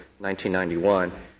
1991